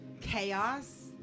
chaos